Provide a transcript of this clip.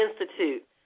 Institute